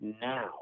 now